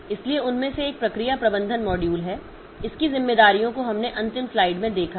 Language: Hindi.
इसलिए उनमें से एक प्रक्रिया प्रबंधन मॉड्यूल है इसकी जिम्मेदारियों को हमने अंतिम स्लाइड में देखा है